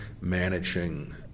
managing